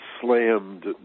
slammed